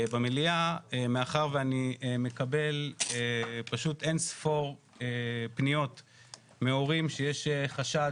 במליאה מאחר ואני מקבל פשוט אין-ספור פניות מהורים שיש חשד